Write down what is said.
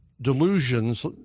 delusions